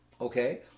okay